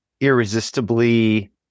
irresistibly